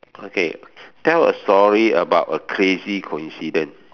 okay tell a story about a crazy coincidence